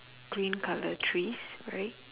green colour trees right